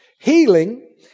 Healing